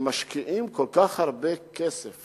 שמשקיעים כל כך הרבה כסף